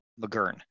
McGurn